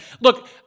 Look